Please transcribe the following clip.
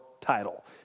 title